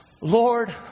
Lord